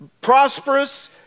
prosperous